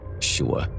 sure